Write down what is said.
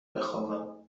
بخوابم